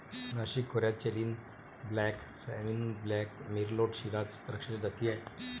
नाशिक खोऱ्यात chenin blanc, sauvignon blanc, merlot, shiraz द्राक्षाच्या जाती आहेत